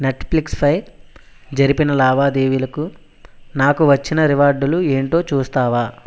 నెట్ఫ్లిక్స్పై జరిపిన లావాదేవీలకు నాకు వచ్చిన రివార్డులు ఏంటో చూస్తావా